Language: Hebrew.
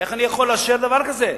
איך אני יכול לאשר דבר כזה?